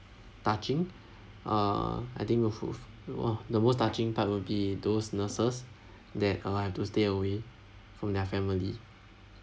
touching uh I think we'll f~ f~ !wah! the most touching part will be those nurses that uh have to stay away from their family